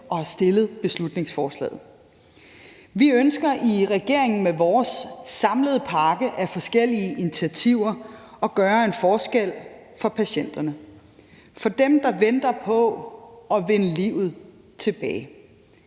og fremsat beslutningsforslaget. Vi ønsker i regeringen med vores samlede pakke af forskellige initiativer at gøre en forskel for patienterne – for dem, der venter på at vinde livet tilbage.